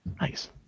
Nice